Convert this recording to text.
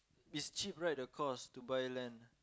is cheap right the cost to buy land